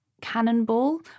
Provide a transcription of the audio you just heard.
Cannonball